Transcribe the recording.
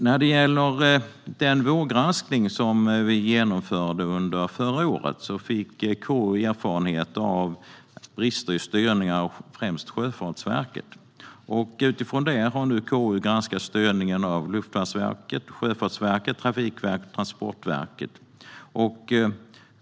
När det gäller den vårgranskning som vi genomförde under förra året fick KU erfarenheter av brister i styrningen av främst Sjöfartsverket. Utifrån det har nu KU granskat styrningen av Luftfartsverket, Sjöfartsverket, Trafikverket och Transportverket.